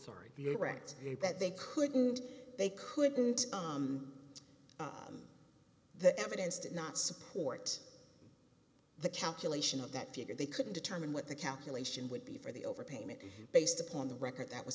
story directs that they couldn't they couldn't the evidence did not support the calculation of that figure they couldn't determine what the calculation would be for the overpayment based upon the record that was